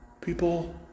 people